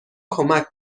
کمک